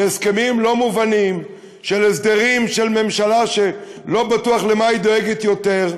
בהסכמים לא מובנים של הסדרים של ממשלה שלא בטוח למה היא דואגת יותר,